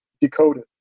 decoded